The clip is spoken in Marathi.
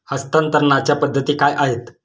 हस्तांतरणाच्या पद्धती काय आहेत?